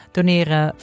Doneren